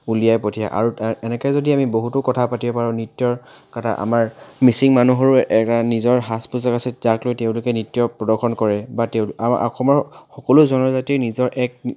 উলিয়াই পঠিয়াই আৰু তাত এনেকৈ যদি আমি বহুতো কথা পাতিব পাৰোঁ নৃত্যৰ কথা আমাৰ মিচিং মানুহৰো এটা নিজৰ সাজ পোছাক আছে তাক লৈ তেওঁলোকে নৃত্য প্ৰদৰ্শন কৰে বা তেওঁলোক আমা অসমৰ সকলো জনজাতিৰ নিজৰ এক